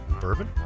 Bourbon